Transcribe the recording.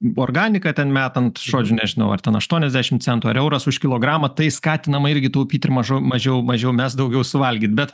organiką ten metant žodžiu nežinau ar ten aštuoniasdešim centų ar euras už kilogramą tai skatinama irgi taupyt ir mažo mažiau mažiau mest daugiau suvalgyt bet